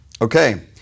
Okay